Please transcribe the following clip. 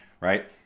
right